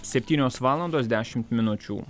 septynios valandos dešimt minučių